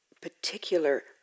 particular